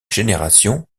génération